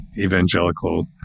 evangelical